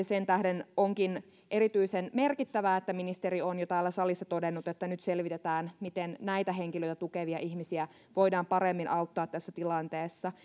sen tähden onkin erityisen merkittävää että ministeri on jo täällä salissa todennut että nyt selvitetään miten näitä henkilöitä tukevia ihmisiä voidaan paremmin auttaa tässä tilanteessa